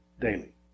daily